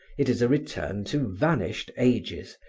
it is a return to vanished ages,